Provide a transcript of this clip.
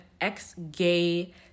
ex-gay